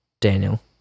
Daniel